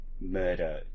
murder